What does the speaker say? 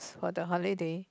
for the holiday